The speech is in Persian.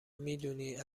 میدونی